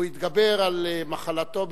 והוא יתגבר על מחלתו,